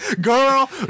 girl